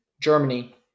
Germany